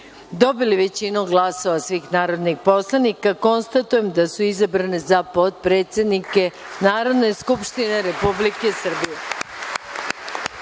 dobili većinu glasova svih narodnih poslanika, konstatujem da su izabrani za potpredsednike Narodne skupštine Republike